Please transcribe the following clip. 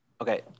Okay